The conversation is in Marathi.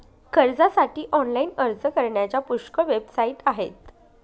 कर्जासाठी ऑनलाइन अर्ज करण्याच्या पुष्कळ वेबसाइट आहेत